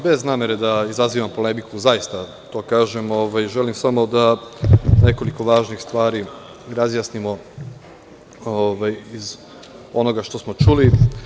Bez namere da izazivam polemiku, zaista to kažem i želim da nekoliko važnih stvari razjasnimo iz onoga što smo čuli.